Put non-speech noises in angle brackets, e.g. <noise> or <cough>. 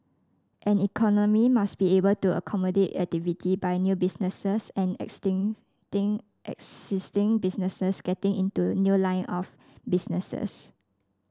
an economy must be able to accommodate activity by new businesses and <unintelligible> existing businesses getting into new lines of businesses